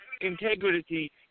integrity